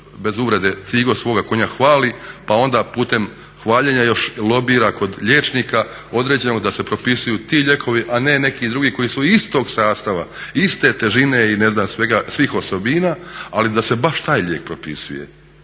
bez uvrede, cigo svoga konja hvali, pa onda putem hvaljena još lobira kod liječnika određenog da se propisuju ti lijekovi, a ne neki drugi koji su istog sastava, iste težine i ne znam svega svih osobina, ali da se baš taj lijek propisuje.